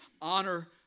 honor